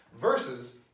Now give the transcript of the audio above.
versus